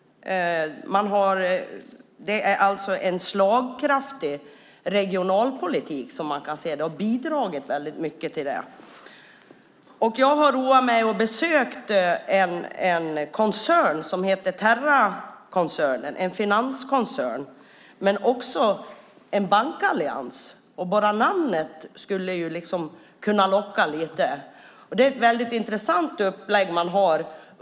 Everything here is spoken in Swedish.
Den har bidragit till en slagkraftig regionalpolitik. Jag har roat mig med att besöka en finanskoncern som heter Terrakoncernen. Det är också en bankallians. Bara namnet skulle ju kunna locka lite. De har ett väldigt intressant upplägg.